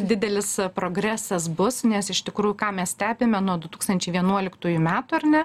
didelis progresas bus nes iš tikrųjų ką mes stebime nuo du tūkstančiai vienuoliktųjų metų ar ne